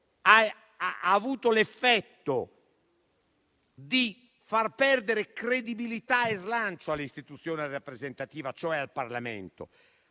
ha avuto l'effetto di far perdere credibilità e slancio all'istituzione rappresentativa, cioè al Parlamento;